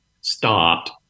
stopped